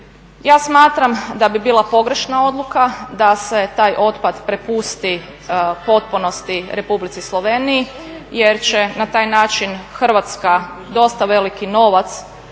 Ja smatram da bi bila pogrešna odluka da se taj otpad prepusti u potpunosti Republici Sloveniji jer će na taj način Hrvatska dosta veliki novac